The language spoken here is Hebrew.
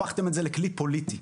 הפכתם את זה לכלי פוליטי.